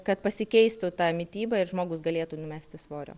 kad pasikeistų ta mityba ir žmogus galėtų numesti svorio